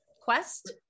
quest